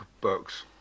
books